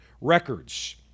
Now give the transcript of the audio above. records